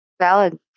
Valid